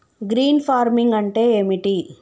Green farming అంటే ఏమిటి?